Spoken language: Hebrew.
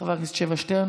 חבר הכנסת שבח שטרן,